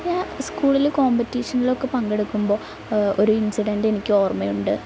ഞാൻ സ്കൂളില് കോമ്പറ്റീഷനിലൊക്കെ പങ്കെടുക്കുമ്പോള് ഒരു ഇൻസിഡെൻ്റ് എനിക്ക് ഓർമ്മയുണ്ട്